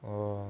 oh